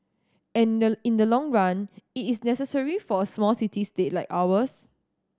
and the in the long run it is necessary for a small city state like ours